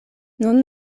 nun